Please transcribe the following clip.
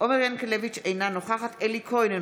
עומר ינקלביץ' אינה נוכחת אלי כהן,